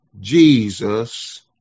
Jesus